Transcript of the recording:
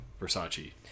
Versace